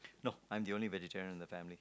no I'm the only vegetarian in the family